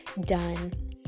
done